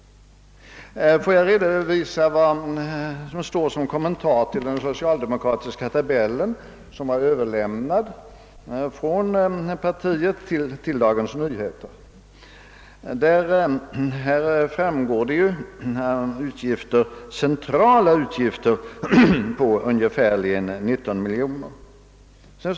Får jag redovisa vad som står i kommentaren till den socialdemokratiska tabellen, som partiet överlämnade till Dagens Nyheter och varav det framgår att de centrala utgifterna är ungefär 19 miljoner kronor?